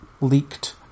leaked